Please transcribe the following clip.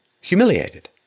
humiliated